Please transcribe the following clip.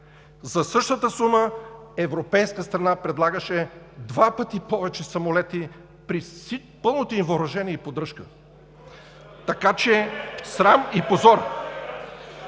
За същата сума европейска страна предлагаше два пъти повече самолети при пълното им въоръжение и поддръжка! (Силен шум и